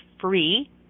free